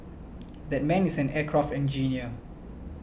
that man is an aircraft engineer